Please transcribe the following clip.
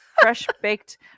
fresh-baked